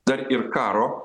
dar ir karo